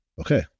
Okay